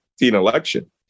election